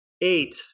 Eight